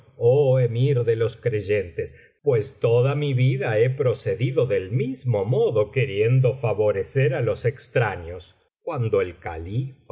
oh emir de los creyentes pues toda mi vida he procedido del mismo modo queriendo favorecer á los extraños cuando el califa